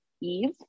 eve